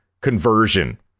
conversion